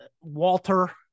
Walter